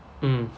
mm